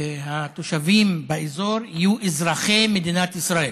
התושבים באזור יהיו אזרחי מדינת ישראל.